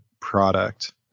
product